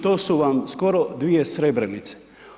To su vam skoro dvije Srebrenice.